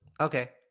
Okay